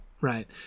right